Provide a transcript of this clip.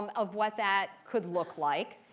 um of what that could look like.